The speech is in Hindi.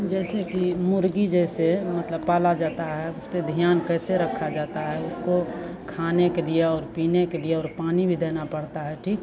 जैसे कि मुर्गी जैसे मतलब पाला जाता है उस पर ध्यान कैसे रखा जाता है उसको खाने के लिए और पीने के लिए और पानी भी देना पड़ता है ठीक